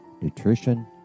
nutrition